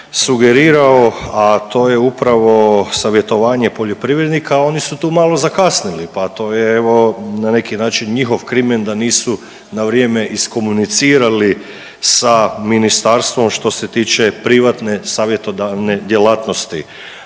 sugerirao, a to je upravo savjetovanje poljoprivrednika, oni su tu malo zakasnili, pa to je evo, na neki način njihov krimen da nisu na vrijeme iskomunicirali sa Ministarstvom, što se tiče privatne savjetodavne djelatnosti.